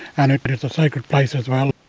and it but is a sacred place as well.